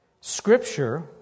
Scripture